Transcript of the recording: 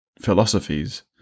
philosophies